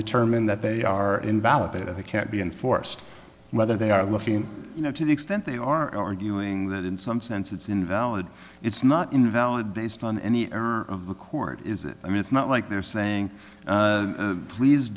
determine that they are invalid that it can't be enforced whether they are looking you know to the extent they are arguing that in some sense it's invalid it's not invalid based on any of the court is i mean it's not like they're saying please